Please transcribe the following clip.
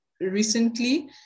recently